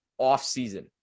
offseason